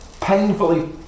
painfully